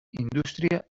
indústria